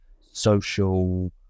social